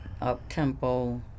up-tempo